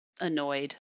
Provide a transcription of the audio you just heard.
annoyed